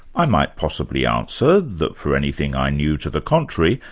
i might possibly answer that for anything i knew to the contrary,